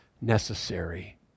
necessary